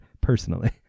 personally